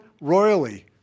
royally